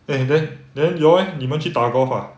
eh then then your leh 你们去打 golf ah